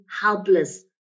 helpless